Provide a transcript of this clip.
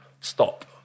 stop